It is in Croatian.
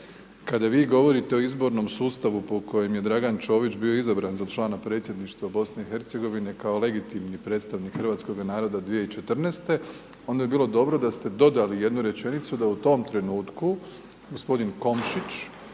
kada vi govorite o izbornom sustavu po kojem je Dragan Čović bio izabran za člana Predsjedništva BiH-a kao legitimni predstavnik hrvatskoga naroda 2014., onda bi bilo dobro da ste dodali jednu rečenicu da u tom trenutku g. Komšić